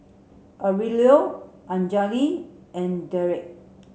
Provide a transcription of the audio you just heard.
Aurelio Anjali and Dereck